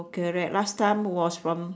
okay right last time was from